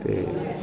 ਅਤੇ